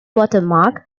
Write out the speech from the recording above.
watermark